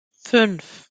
fünf